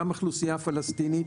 גם האוכלוסייה הפלסטינית,